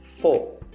four